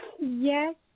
Yes